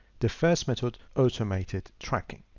the first method automated tracking.